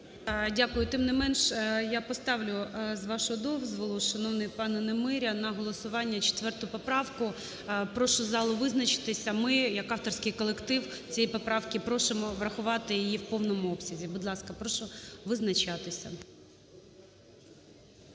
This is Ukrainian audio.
Дякую. Тим не менш я поставлю, з вашого дозволу, шановний пане Немиря, на голосування 4 поправку. Прошу залу визначитися, ми як авторський колектив цієї поправки просимо врахувати її в повному обсязі. Будь ласка, прошу визначатися.